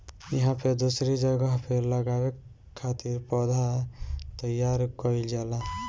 इहां पे दूसरी जगह पे लगावे खातिर पौधा तईयार कईल जाला